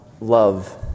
love